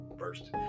first